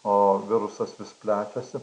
o virusas vis plečiasi